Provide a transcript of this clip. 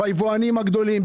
ביבואנים הגדולים,